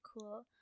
cool